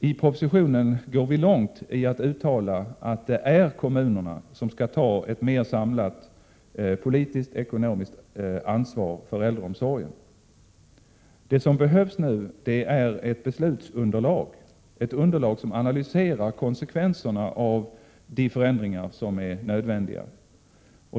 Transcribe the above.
I propositionen uttalar vi mycket tydligt att det är kommunerna som skall ta ett mer samlat politiskt och ekonomiskt ansvar för äldreomsorgen. Nu behövs ett beslutsunderlag, ett underlag där man analyserar konsekvenserna av de förändringar som är nödvändiga.